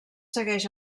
segueix